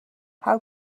how